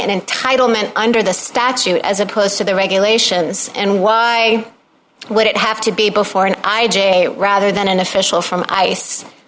entitlement under the statute as opposed to the regulations and why would it have to be before an i j rather than an official from ice